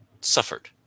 suffered